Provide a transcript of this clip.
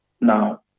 Now